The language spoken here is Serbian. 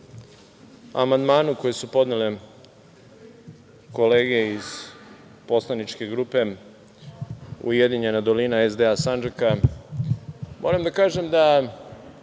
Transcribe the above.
amandmanu koji su podnele kolege iz poslaničke grupe Ujedinjena dolina SDA Sandžaka, moram da kažem da